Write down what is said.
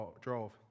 drove